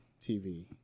TV